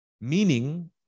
Meaning